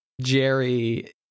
Jerry